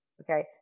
Okay